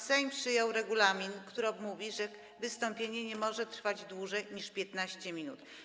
Sejm przyjął regulamin, który mówi, że wystąpienie nie może trwać dłużej niż 15 minut.